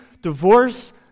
divorce